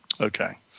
Okay